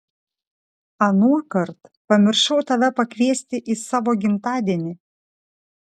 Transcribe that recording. anuokart pamiršau tave pakviesti į savo gimtadienį